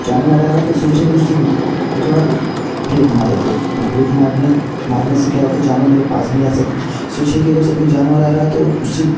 जानवर आ रहा है तो सोचेंगे उस दिन थोड़ा ब्रेक मार लेते और ब्रेक मारने मारने से क्या होता है जानवर मेरे पास भी आ सकते सोचिए कि अगर से कोई जानवर आ रहा है तो उसे